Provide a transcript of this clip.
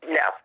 no